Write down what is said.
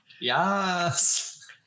Yes